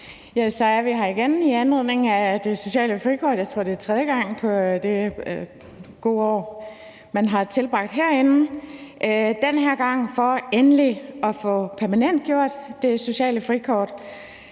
så er vi her igen i anledning af det sociale frikort. Jeg tror, det er tredje gang på det gode år, man har tilbragt herinde – og den her gang er det for endelig at få permanentgjort det sociale frikort.